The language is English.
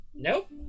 Nope